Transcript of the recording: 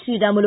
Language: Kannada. ಶ್ರೀರಾಮುಲು